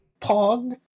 Pog